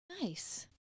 Nice